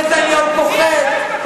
נתניהו פוחד,